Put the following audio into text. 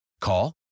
Call